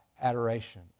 adoration